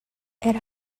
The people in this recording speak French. elle